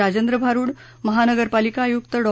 राजेंद्र भारुड महानगरपालिका आयुक्त डॉ